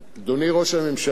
אדוני ראש הממשלה,